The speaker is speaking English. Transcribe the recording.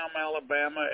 Alabama